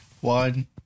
One